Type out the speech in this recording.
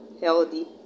healthy